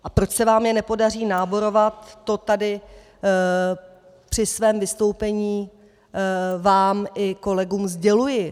A proč se vám je nepodaří náborovat, to tady při svém vystoupení vám i kolegům sděluji.